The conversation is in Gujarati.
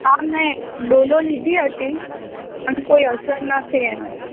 હા મેં ડોલો લીધી હતી પણ કોઈ અસર ના થઈ એનાથી